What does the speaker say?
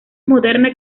moderna